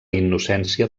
innocència